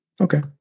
Okay